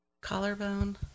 Collarbone